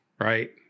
right